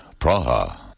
Praha